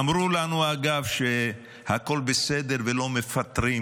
אמרו לנו, אגב, שהכול בסדר ולא מפטרים